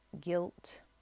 guilt